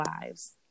lives